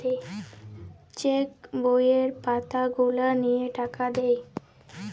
check বইয়ের পাতা গুলা লিয়ে টাকা দেয়